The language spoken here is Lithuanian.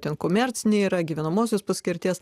ten komercinė yra gyvenamosios paskirties